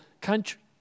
country